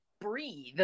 breathe